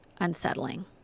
unsettling